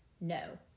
No